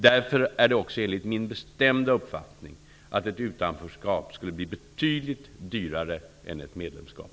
Därför är det också min bestämda uppfattning att ett utanförskap skulle bli betydligt dyrare än ett medlemskap.